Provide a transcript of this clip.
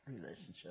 relationship